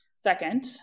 Second